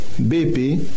BP